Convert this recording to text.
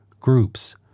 groups